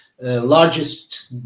largest